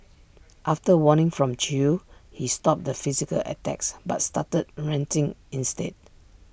after A warning from chew he stopped the physical attacks but started ranting instead